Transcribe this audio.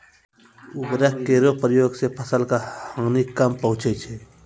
उर्वरक केरो प्रयोग सें फसल क हानि कम पहुँचै छै